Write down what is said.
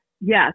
Yes